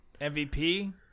MVP